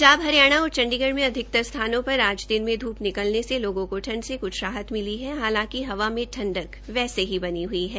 पंजाब हरियाणा और चंडीगढ़ में अधिकतर स्थानों पर आज दिन में धूप निकलने से लोगों को ठंड से कुछ राहत मिली है हालांकि हवा से ठंडक वैसे ही बनी हई है